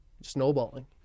snowballing